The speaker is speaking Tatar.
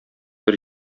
бер